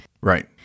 Right